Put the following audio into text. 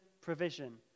provision